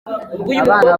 abana